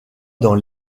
dans